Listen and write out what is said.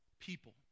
people